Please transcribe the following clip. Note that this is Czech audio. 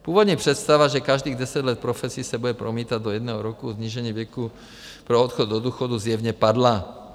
Původní představa, že každých 10 let profesí v profesi se bude promítat do jednoho roku snížení věku pro odchod do důchodu, zjevně padla.